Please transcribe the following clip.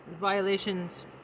violations